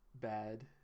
bad